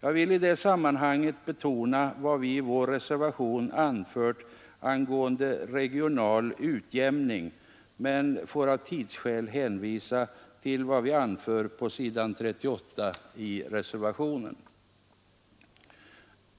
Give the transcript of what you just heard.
Jag vill i det sammanhanget betona vad vi i vår reservation anfört angående regional utjämning men får av tidsskäl hänvisa till vår skrivning på s. 38 i betänkandet.